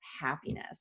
happiness